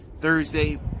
Thursday